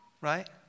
right